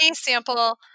sample